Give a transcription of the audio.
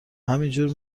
همینجور